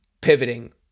pivoting